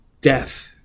death